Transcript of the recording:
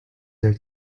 there